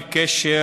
בקשר